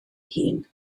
hun